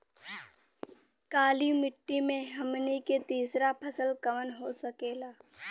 काली मिट्टी में हमनी के तीसरा फसल कवन हो सकेला?